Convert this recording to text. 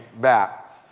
back